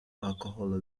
alcohol